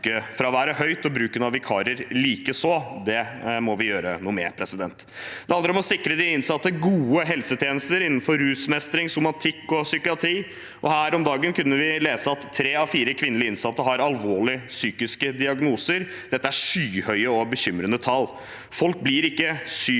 Det handler om å sikre de innsatte gode helsetjenester innenfor rusmestring, somatikk og psykiatri. Her om dagen kunne vi lese at tre av fire kvinnelige innsatte har alvorlige psykiske diagnoser. Dette er skyhøye og bekymrende tall. Folk blir ikke psykisk